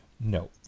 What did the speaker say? no